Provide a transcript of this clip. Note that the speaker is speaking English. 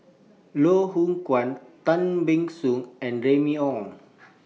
Loh Hoong Kwan Tan Ban Soon and Remy Ong